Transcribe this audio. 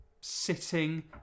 sitting